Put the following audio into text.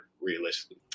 realistically